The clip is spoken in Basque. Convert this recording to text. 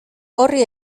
horri